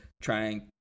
trying